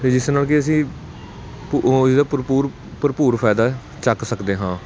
ਫਿਰ ਜਿਸ ਨਾਲ ਕਿ ਅਸੀਂ ਭੁ ਇਹਦਾ ਭਰਪੂਰ ਭਰਪੂਰ ਫ਼ਾਇਦਾ ਚੁੱਕ ਸਕਦੇ ਹਾਂ